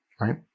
Right